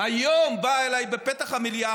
היום באה אליי בפתח המליאה,